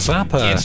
Zappa